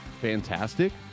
fantastic